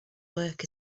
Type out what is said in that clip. work